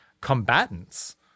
combatants